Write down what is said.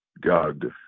God